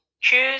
choose